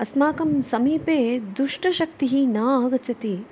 अस्माकं समीपे दुष्टशक्तिः न आगच्छति